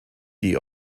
die